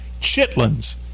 Chitlins